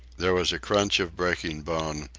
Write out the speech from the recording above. there was a crunch of breaking bone,